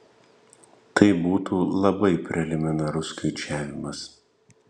tai būtų labai preliminarus skaičiavimas